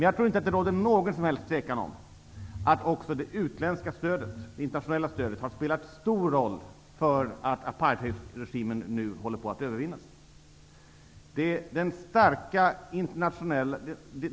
Jag tror inte att det råder något som helst tvivel om att också det internationella stödet har spelat en stor roll för att apartheidregimen nu håller på att övervinnas.